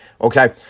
okay